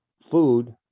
food